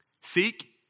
Seek